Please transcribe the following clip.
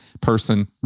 person